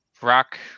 rock